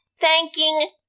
thanking